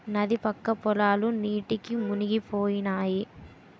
నది పక్క పొలాలు నీటికి మునిగిపోనాయి